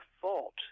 fault